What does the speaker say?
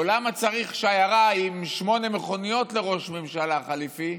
או למה צריך שיירה עם שמונה מכוניות לראש ממשלה חליפי,